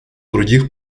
других